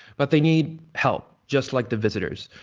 but they need help, just like the visitors.